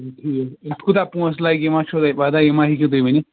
ٹھیٖک یَتھ کوٗتاہ پونٛسہٕ لگہِ یہِ مَہ چھو تۄہہِ پَتہ یہِ مَہ ہیٚکِو تُہۍ ؤنِتھ